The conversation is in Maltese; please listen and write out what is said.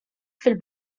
fil